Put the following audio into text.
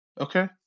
Okay